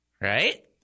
right